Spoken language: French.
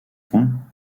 pont